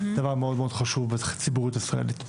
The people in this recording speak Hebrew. זה דבר חשוב מאוד בציבוריות הישראלית.